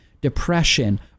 depression